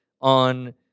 on